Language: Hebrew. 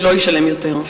ולא ישלם יותר.